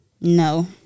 No